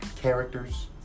Characters